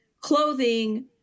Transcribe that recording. clothing